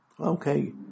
Okay